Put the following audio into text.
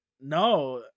No